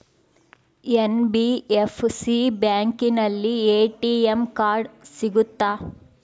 NBFC ಬ್ಯಾಂಕಿನಲ್ಲಿ ATM card ಸಿಗುತ್ತಾ?